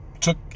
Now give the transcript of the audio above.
took